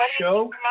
show